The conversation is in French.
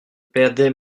perdais